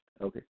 okay